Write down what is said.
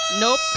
Nope